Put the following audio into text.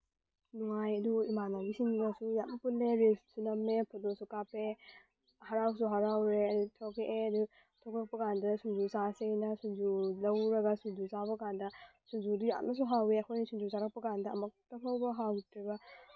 ꯅꯨꯡꯉꯥꯏ ꯑꯗꯨ ꯏꯃꯥꯟꯅꯕꯤꯁꯤꯡꯒꯁꯨ ꯌꯥꯝ ꯄꯨꯜꯂꯦ ꯔꯤꯜꯁꯁꯨ ꯅꯝꯃꯦ ꯐꯣꯇꯣꯁꯨ ꯀꯥꯞꯄꯦ ꯍꯔꯥꯎꯁꯨ ꯍꯔꯥꯎꯔꯦ ꯑꯗꯨ ꯊꯣꯛꯂꯛꯑꯦ ꯑꯗꯨ ꯊꯣꯛꯂꯛꯄ ꯀꯥꯟꯗꯨꯗ ꯁꯤꯡꯖꯨ ꯆꯥꯁꯦꯅ ꯁꯤꯡꯖꯨ ꯂꯧꯔꯨꯒ ꯁꯤꯡꯖꯨ ꯆꯥꯕ ꯀꯥꯟꯗ ꯁꯤꯡꯖꯨꯗꯨ ꯌꯥꯝꯅꯁꯨ ꯍꯥꯎꯏ ꯑꯩꯈꯣꯏꯅ ꯁꯤꯡꯖꯨ ꯆꯥꯔꯛꯄ ꯀꯥꯟꯗ ꯑꯃꯨꯛꯇ ꯐꯥꯎꯕ ꯍꯥꯎꯇ꯭ꯔꯤꯕ